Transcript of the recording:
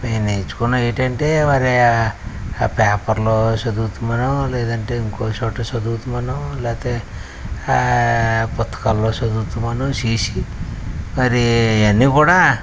నేను నేర్చుకున్నఏంటంటే మరి పేపర్లో చదువుతుమనో లేదంటే ఇంకో చోట చదువుతుమనో లేతే పుస్తకాల్లో చదువుతుమనో చూసి మరి ఇవన్నీ కూడా